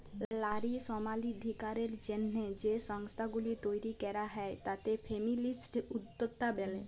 লারী সমালাধিকারের জ্যনহে যে সংস্থাগুলি তৈরি ক্যরা হ্যয় তাতে ফেমিলিস্ট উদ্যক্তা ব্যলে